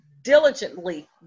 diligently